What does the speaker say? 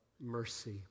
mercy